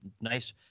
nice